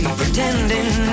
pretending